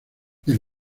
del